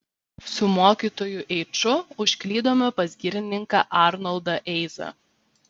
su mokytoju eiču užklydome pas girininką arnoldą eizą